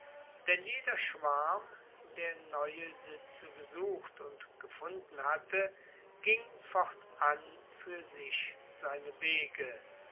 denn jeder schwarm der neue sitze gesucht und gefunden hatte ging fortan fuer sich seine wege